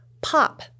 pop